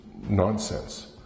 nonsense